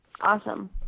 Awesome